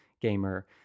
gamer